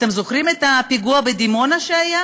אתם זוכרים את הפיגוע בדימונה, שהיה